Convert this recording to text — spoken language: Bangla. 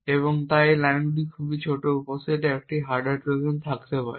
এবং এই লাইনগুলির একটি খুব ছোট উপসেটে একটি হার্ডওয়্যার ট্রোজান থাকতে পারে